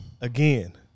Again